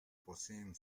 poseen